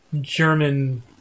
German